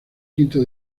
quinto